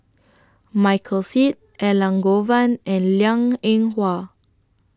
Michael Seet Elangovan and Liang Eng Hwa